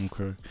Okay